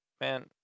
Man